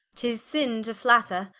tis sinne to flatter,